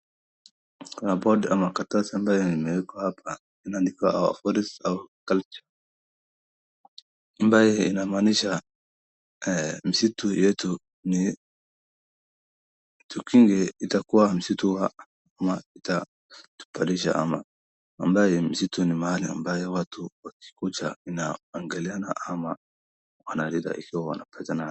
Board ya makaratasi ambayo imewekwa hapa imeandikwa Our Forest, Our Culture . Nyumba hii inamaanisha msitu yetu ni tukiingia itakuwa msitu wa ama itatubarisha ama ambayo msitu ni mahali ambayo watu wakikuja wanaangaliana ama wanaridha ikiwa wanapenda.